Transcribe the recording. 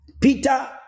Peter